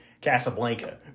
Casablanca